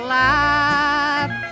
life